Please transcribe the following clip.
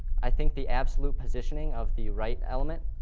i think the absolute positioning of the right element,